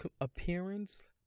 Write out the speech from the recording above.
appearance